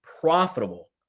profitable